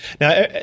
Now